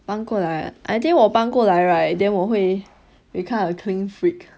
搬过来 I think 我搬过来 right then 我会 become a clean freak